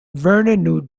vernon